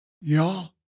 Y'all